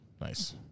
Nice